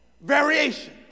variation